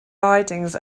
ridings